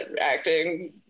acting